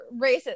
racist